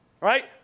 Right